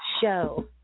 show